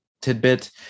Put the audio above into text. tidbit